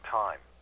time